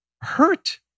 hurt